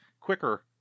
quicker